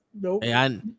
Nope